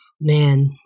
Man